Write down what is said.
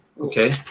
okay